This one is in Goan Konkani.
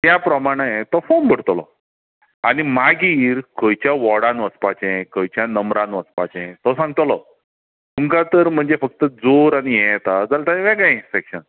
त्या प्रमाणे तो फोर्म भरतलो आनी मागीर खंयच्या वॉर्डान वचपाचें खंयच्या नंबरान वचपाचे तो सांगतलो तुमकां तर म्हणजे फक्त जोर आनी हे येता जाल्यार वेगळे इन्स्पेक्शन